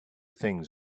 things